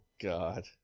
God